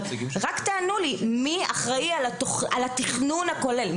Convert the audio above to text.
רק תענו לי על השאלה מי אחראי על התכנון הכולל.